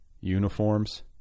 uniforms